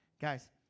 Guys